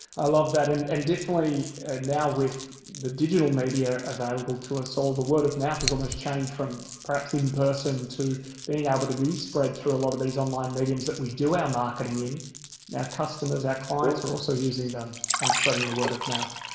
i love that. and and definitely now with the digital media available to us all, the word of mouth has almost changed from perhaps in person to being able to be spread through a lot of these online mediums that we do our marketing in. yeah our customers, our clients are also using them and spreading the word of mouth.